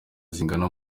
zigana